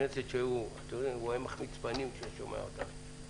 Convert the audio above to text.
כנסת שהוא היה מחמיץ פנים כשהיה שומע אותם.